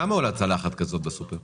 כמה עולה צלחת שכזו בסופר?